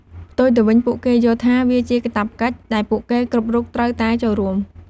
ផ្ទុយទៅវិញ ពួកគេយល់ថាវាជាកាតព្វកិច្ចដែលពួកគេគ្រប់រូបត្រូវតែចូលរួម។